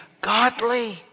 godly